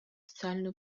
социальную